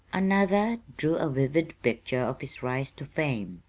another drew a vivid picture of his rise to fame.